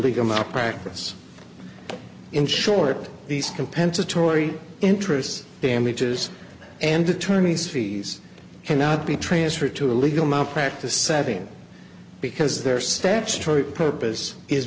legal malpractise in short these compensatory interests damages and attorneys fees cannot be transferred to a legal malpractise setting because there statutory purpose is